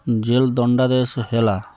jail ଦଣ୍ଡାଦେଶ ହେଲା